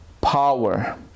power